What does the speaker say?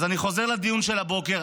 אז אני חוזר לדיון של הבוקר,